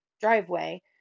driveway